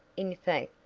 in fact,